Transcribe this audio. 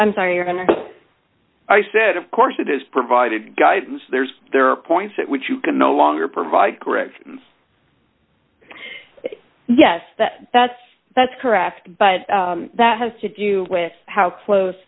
i'm sorry you're going to i said of course it is provided guidance there's there are points at which you can no longer provide correct yes that that's that's correct but that has to do with how close